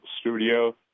studio